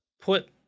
put